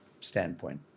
standpoint